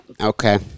Okay